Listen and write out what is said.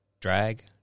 Drag